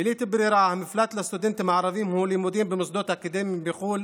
בלית ברירה המפלט לסטודנטים ערבים הוא לימודים במוסדות אקדמיים בחו"ל